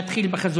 מייד נתחיל בחזותי.